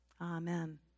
Amen